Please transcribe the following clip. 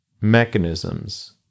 mechanisms